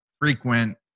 frequent